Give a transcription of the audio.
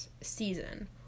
season